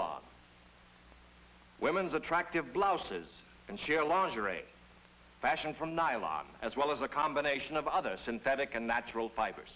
all on women's attractive blouses and cher lingerie fashion from nylon as well as a combination of other synthetic and natural fibers